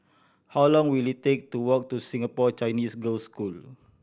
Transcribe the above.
how long will it take to walk to Singapore Chinese Girls' School